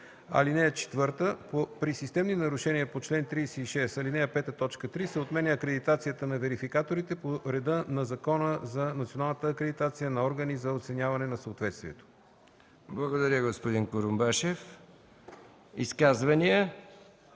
лв. (4) При системни нарушения по чл. 36, ал. 5, т. 3 се отменя акредитацията на верификаторите по реда на Закона за националната акредитация на органи за оценяване на съответствието.” ПРЕДСЕДАТЕЛ МИХАИЛ МИКОВ: Благодаря, господин Курумбашев. Изказвания?